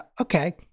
okay